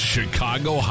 Chicago